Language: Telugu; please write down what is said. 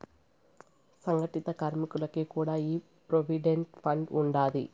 సంగటిత కార్మికులకి కూడా ఈ ప్రోవిడెంట్ ఫండ్ ఉండాది